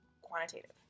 quantitative